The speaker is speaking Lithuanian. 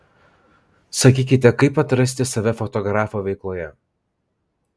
sakykite kaip atrasti save fotografo veikloje